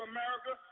America